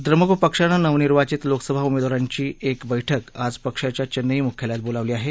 द्रमुक पक्षानं नवनिर्वाचित लोकसभा उमेदवारांची एक बैठक आज पक्षाच्या चेन्नई मुख्यालयात बोलावली आहे